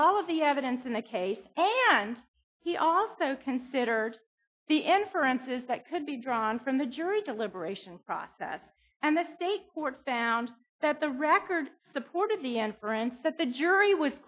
at all of the evidence in the case and he also considered the inferences that could be drawn from the jury deliberation process and the state court found that the record supported the inference that the jury was